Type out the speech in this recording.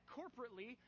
corporately